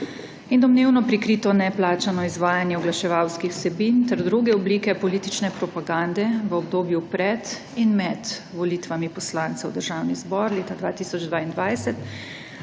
in domnevno prikrito neplačano izvajanje oglaševalskih vsebin ter druge oblike politične propagande v obdobju pred in med volitvami poslancev v Državni zbor leta 2022